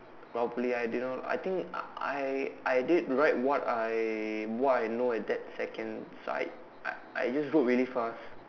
probably I did not I think I I I did write what I what I know at that second so I I I just wrote really fast